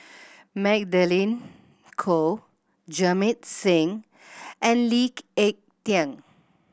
Magdalene Khoo Jamit Singh and Lee Ek Tieng